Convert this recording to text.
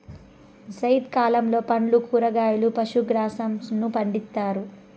జైద్ కాలంలో పండ్లు, కూరగాయలు, పశు గ్రాసంను పండిత్తారు